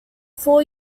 four